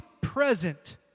present